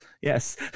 Yes